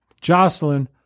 Jocelyn